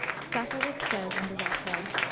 safarik says under that head,